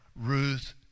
Ruth